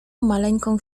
maleńką